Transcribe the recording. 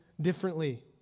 differently